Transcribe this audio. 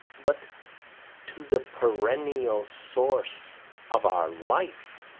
but to the perennial source of our life,